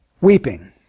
Weeping